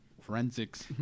Forensics